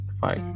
fight